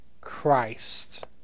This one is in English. Christ